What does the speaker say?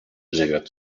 живет